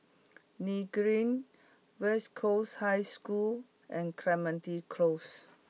Nim Green West Coast High School and Clementi Close